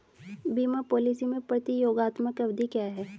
बीमा पॉलिसी में प्रतियोगात्मक अवधि क्या है?